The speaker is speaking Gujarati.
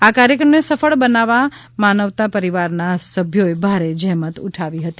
આ કાર્યક્રમને સફળ બનાવવા માનવતા પરિવારના સભ્યોએ ભારે જહેમત ઉઠાવી હતી